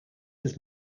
his